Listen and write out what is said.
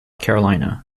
carolina